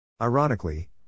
Ironically